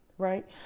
right